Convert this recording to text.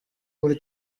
muri